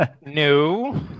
No